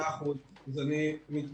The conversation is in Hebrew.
מאה אחוז, אני מתנצל.